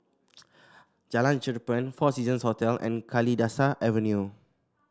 Jalan Cherpen Four Seasons Hotel and Kalidasa Avenue